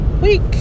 week